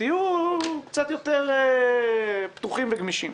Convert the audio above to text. תהיו קצת יותר פתוחים וגמישים.